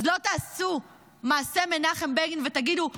אז לא תעשו מעשה מנחם בגין ותגידו "הינני"?